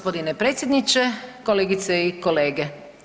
Predsjedniče, kolegice i kolege.